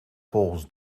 volgens